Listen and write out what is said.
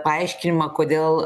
paaiškinimą kodėl